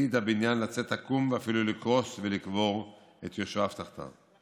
עתיד הבניין לצאת עקום ואפילו לקרוס ולקבור את יושביו תחתיו.